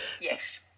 yes